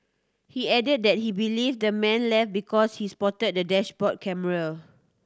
he added that he believes the man left because he spotted the dashboard camera